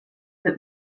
that